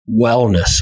wellness